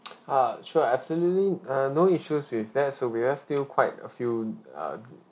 uh sure absolutely uh no issues with that so we are still quite a few uh